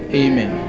amen